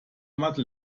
mathe